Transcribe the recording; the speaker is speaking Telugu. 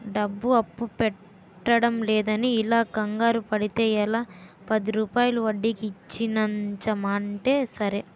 డబ్బు అప్పు పుట్టడంలేదని ఇలా కంగారు పడితే ఎలా, పదిరూపాయల వడ్డీకి ఇప్పించమంటే సరే